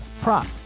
prop